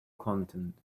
content